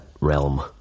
realm